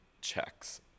checks